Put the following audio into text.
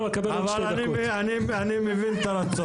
לי לא מפריעים.